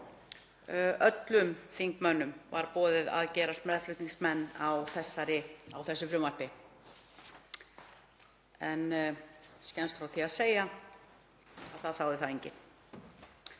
Öllum þingmönnum var boðið að gerast meðflutningsmenn á þessu frumvarpi en skemmst frá því að segja að það þáði það enginn.